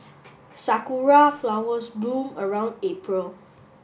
sakura flowers bloom around April